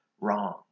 wrong